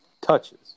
Touches